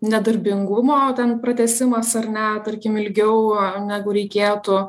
nedarbingumo pratęsimas ar ne tarkim ilgiau negu reikėtų